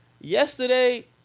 Yesterday